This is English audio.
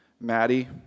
Maddie